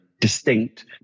distinct